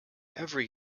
every